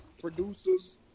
producer's